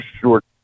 short